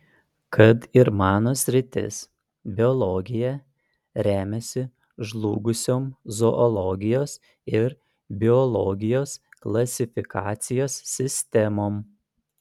kad ir mano sritis biologija remiasi žlugusiom zoologijos ir biologijos klasifikacijos sistemom